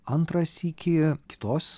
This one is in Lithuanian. antrą sykį kitos